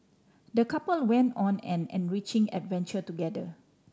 the couple went on an enriching adventure together